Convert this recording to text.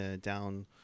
down